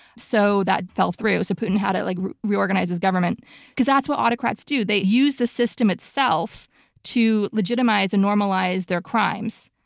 so that fell through. so putin had to like reorganize his government because that's what autocrats do. they use the system itself to legitimize and normalize their crimes.